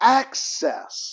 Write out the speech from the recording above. access